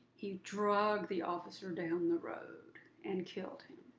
he drug the officer down the road and killed him.